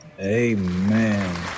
Amen